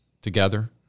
together